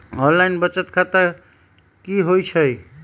Online बचत खाता की होई छई?